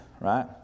right